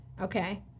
okay